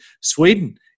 Sweden